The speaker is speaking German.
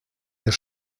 der